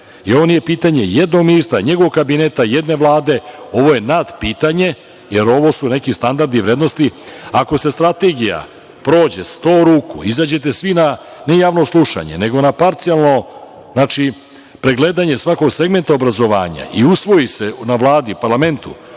i ovo nije pitanje jednog ministra, njegovog kabineta, jedne vlade ovo je nadpitanje, jer ovo su neki standardi vrednosti. Ako strategija prođe 100 ruku, izađete svi, ne javno slušanje, nego na parcijalno, pregledanje svakog segmenta obrazovanja i usvoji se na Vladi, u parlamentu,